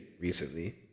recently